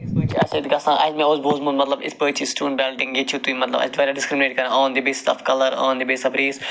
چھِ اَسہِ ییٚتہِ گَژھان مےٚ اوس بوٗزمُت مطلب یِتھ پٲٹھۍ چھِ سٹون پیٚلٹِنٛگ ییٚتہِ چھُو تُہۍ مَطلَب اَسہِ واریاہ ڈِسکرمنیٹ کران on the basis of colour on the basis of race